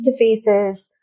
interfaces